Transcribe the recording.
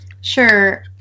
Sure